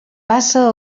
passa